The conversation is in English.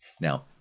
Now